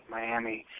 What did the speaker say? Miami